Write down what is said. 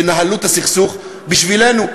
ינהלו את הסכסוך בשבילנו,